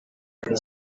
kuri